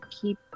keep